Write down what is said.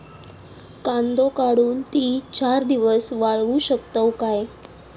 कांदो काढुन ती चार दिवस वाळऊ शकतव काय?